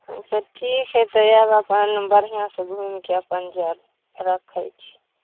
अच्छा ठीक हइ तऽ आएब अपन बढ़िआँसँ घुमिके अपन जाएब रखै छी